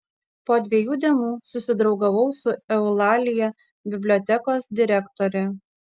po dviejų dienų susidraugavau su eulalija bibliotekos direktore